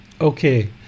Okay